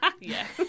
Yes